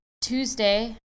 Tuesday